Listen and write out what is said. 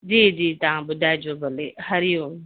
जी जी तव्हां ॿुधाइजो भले हरी ओम